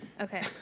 Okay